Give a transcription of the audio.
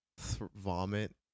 vomit